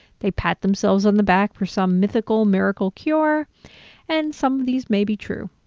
they pat themselves on the back for some mythical miracle cure and some of these may be true.